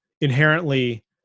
inherently